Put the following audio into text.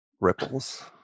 ripples